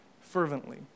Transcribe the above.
fervently